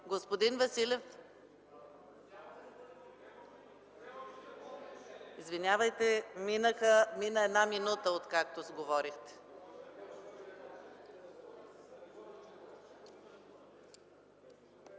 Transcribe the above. Господин Василев, извинявайте! Мина една минута, откакто говорихте!